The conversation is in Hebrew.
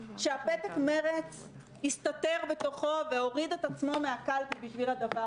שהפתק "מרצ" הסתתר בתוכו והוריד את עצמו מהקלפי בשביל הדבר